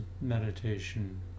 meditation